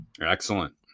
Excellent